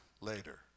later